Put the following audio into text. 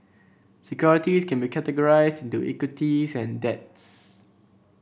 securities can be categorized into equities and debts